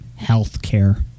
Healthcare